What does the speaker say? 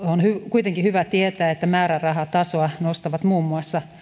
kuitenkin hyvä tietää että määrärahatasoa nostavat muun muassa